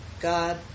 God